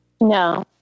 no